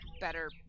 better